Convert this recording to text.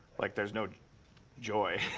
like, there's no joy.